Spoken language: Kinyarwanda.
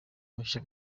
mashya